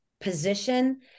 position